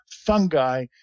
fungi